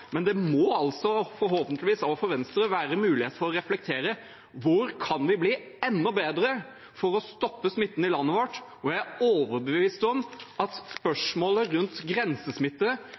men det må altså, forhåpentligvis også for Venstre, være mulig å reflektere over hvor vi kan bli enda bedre til å stoppe smitten i landet vårt. Jeg er overbevist om at spørsmålet rundt